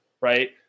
right